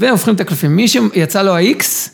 והופכים את הקלפים, מי שיצא לו ה-X...